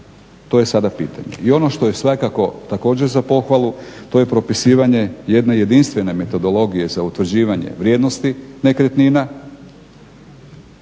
to je sada pitanje? I ono što je svakako također za pohvalu to je propisivanje jedne jedinstvene metodologije za utvrđivanje vrijednosti nekretnina.